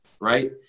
right